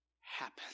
happen